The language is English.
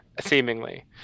seemingly